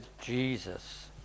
Jesus